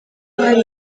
hari